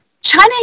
China